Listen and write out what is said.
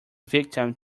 victim